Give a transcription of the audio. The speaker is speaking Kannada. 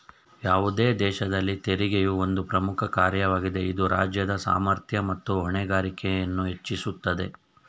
ಯಾವುದೇ ದೇಶದಲ್ಲಿ ತೆರಿಗೆಯು ಒಂದು ಪ್ರಮುಖ ಕಾರ್ಯವಾಗಿದೆ ಇದು ರಾಜ್ಯದ ಸಾಮರ್ಥ್ಯ ಮತ್ತು ಹೊಣೆಗಾರಿಕೆಯನ್ನು ಹೆಚ್ಚಿಸುತ್ತದೆ